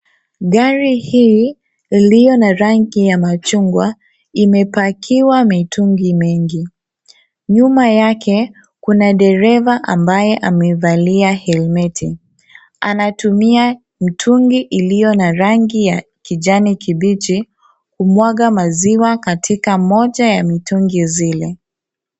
Gari hii iliyo na rangi ya machungwa imepakiwa mitungi mingi. Nyuma yake kuna dereva ambaye amevalia helmeti. Anatumia mtungi iliyo na rangi ya kijani kibichi, kumwaga maziwa katika moja ya mitungi zile.